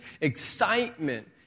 excitement